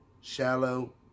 shallow